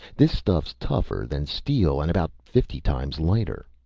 this stuff's tougher than steel and about fifty times lighter.